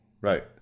Right